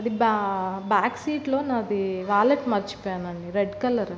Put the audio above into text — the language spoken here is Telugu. అది బా బ్యాక్ సీట్లో నాది వ్యాలెట్ మర్చిపోయాను అండి రెడ్ కలర్